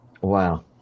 Wow